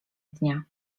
dnia